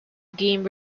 game